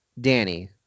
Danny